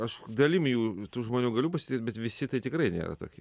aš dalim jų tų žmonių galiu pasitikėt bet visi tai tikrai nėra tokie